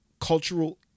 cultural